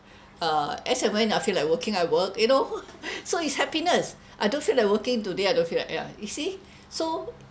uh as and when I feel like working I work you know so it's happiness I don't feel like working today I don't feel like yeah you see so